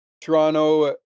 Toronto